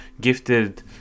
gifted